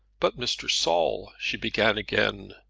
but, mr. saul she began again,